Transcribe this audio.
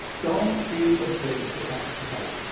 don't be afraid to ask for help.